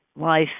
life